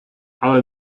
але